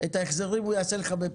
ושעושה צעדים לקראת מה שהוא ואנחנו רוצים,